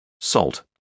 SALT